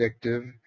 addictive